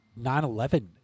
9/11